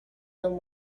them